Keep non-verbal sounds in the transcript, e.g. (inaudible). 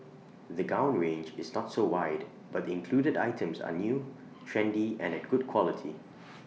the gown range is not so wide but the included items are new trendy and at good quality (noise)